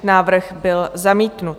Návrh byl zamítnut.